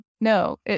No